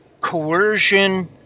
coercion